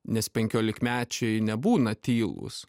nes penkiolikmečiai nebūna tylūs